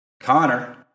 Connor